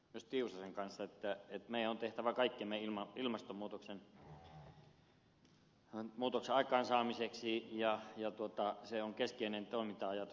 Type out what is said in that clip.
tiusasen kanssa että meidän on tehtävä kaikkemme ilmastonmuutoksen estämiseksi ja se on keskeinen toiminta ajatus